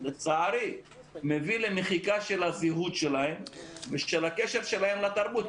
ולצערי זה מביא למחיקה של הזהות שלהם ושל הקשר שלהם לתרבות.